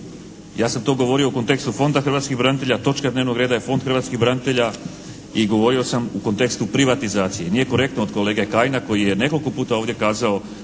Ja sam to govorio u kontekstu Fonda hrvatskih branitelja, točka dnevnog reda je Fond hrvatskih branitelja i govorio sam u kontekstu privatizacije. Nije korektno od kolege Kajina koji je nekoliko puta ovdje kazao